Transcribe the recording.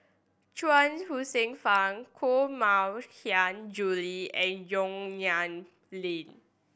Chuang Hsueh Fang Koh Mui Hiang Julie and Yong Nyuk Lin